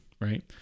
right